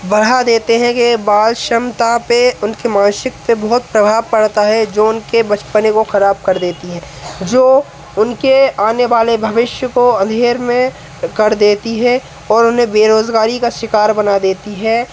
बढ़ा देते हैं के बाल क्षमता पर उनके मानसिकता बहुत प्रभाव पड़ता है जो उनके बचपने को खराब कर देती हैं जो उनके आने वाले भविष्य को अंधेरे में कर देती है और उन्हें बेरोजगारी का शिकार बना देती है